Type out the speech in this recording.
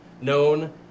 known